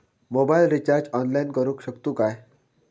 Mobile recharge online करुक शकतू काय?